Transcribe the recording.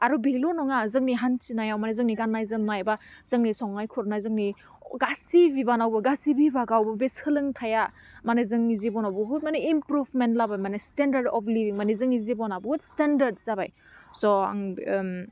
आरो बेल' नोङा जोंनि हान्थिनायाव माने जोंनि गान्नाय जोमनाय बा जोंनि संनाय खुरनाय जोंनि गासै बिबानावबो गासै बिभागाव बे सोलोंथाइया माने जोंनि जिब'नाव बुहुत माने इम्प्रुफमेन्ट लाबो माने सिटेन्डार अफ लिभिं माने जोंनि जिब'ना बुहुत सिटेन्डार जाबाय सह आं ओम